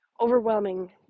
overwhelming